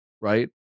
right